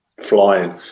flying